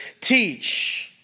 teach